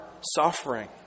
suffering